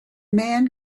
man